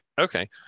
okay